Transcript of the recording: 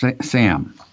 Sam